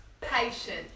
Patient